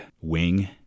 wing